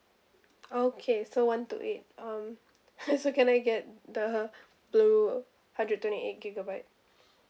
okay so one two eight um so can I get the blue hundred twenty eight gigabyte